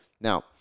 Now